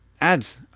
ads